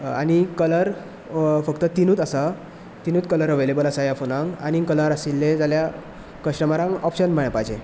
आनी कलर फक्त तिनूच आसा तिनूच कलर अवेलेबल आसा ह्या फोनाक आनीक कलर आशिल्ले जाल्यार कस्टमरांक ओपशन मेळपाचें